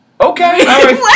Okay